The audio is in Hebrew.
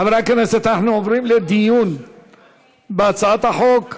חברי הכנסת, אנחנו עוברים לדיון בהצעת החוק.